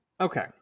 Okay